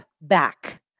back